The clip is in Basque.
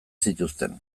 zituzten